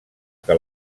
que